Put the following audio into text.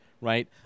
right